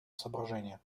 соображения